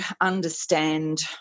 understand